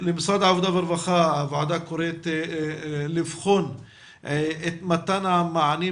הוועדה קוראת למשרד העבודה והרווחה לבחון את מתן המענים